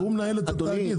והוא מנהל את התאגיד,